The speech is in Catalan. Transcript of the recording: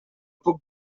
puc